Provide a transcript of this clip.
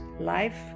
life